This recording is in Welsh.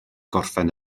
gorffen